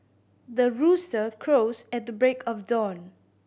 the rooster crows at the break of dawn